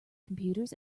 computers